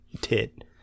tit